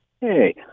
Hey